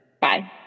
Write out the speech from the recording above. Bye